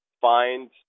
find